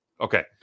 okay